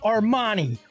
Armani